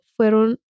fueron